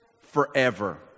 forever